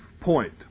point